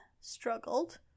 struggled